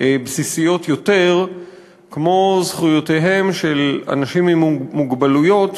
בסיסיות יותר כמו זכויותיהם של אנשים עם מוגבלויות